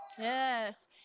Yes